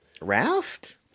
raft